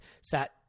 sat